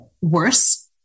worse